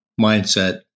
mindset